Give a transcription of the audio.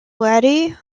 laddie